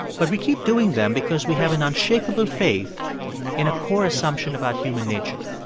but we keep doing them because we have an unshakable faith in a core assumption about human nature.